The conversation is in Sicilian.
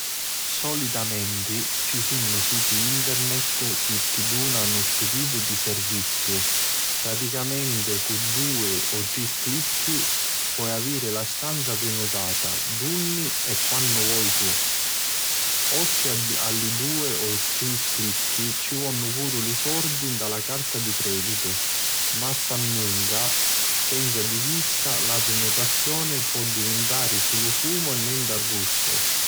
Solitamenti ci sunnu siti internetti chi dunanu stu tipu di serviziu. Praticamenti cu dui o tri clicchi poi aviri la stanza prinutata dunni e quannu voi tu. Oltri a li dui o tri clicchi ci vonnu puru li sordi nta la carta di creditu, masannunca, senza di chista la prinutazioni po divintari sulu fumu e nenti arrustu.